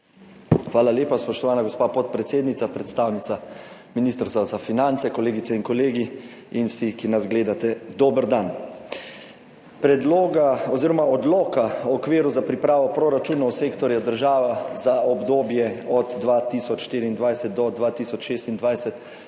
Hvala lepa, spoštovana gospa podpredsednica. Predstavnica Ministrstva za finance, kolegice in kolegi in vsi, ki nas gledate! Dober dan! Predloga oziroma odloka o okviru za pripravo proračunov sektorja država za obdobje od 2024 do 2026 ne bom